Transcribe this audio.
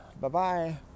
Bye-bye